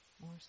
more